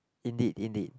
indeed indeed